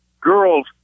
girls